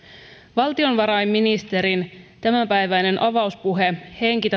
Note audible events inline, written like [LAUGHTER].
valtiovarainministerin tämänpäiväinen avauspuhe henki [UNINTELLIGIBLE]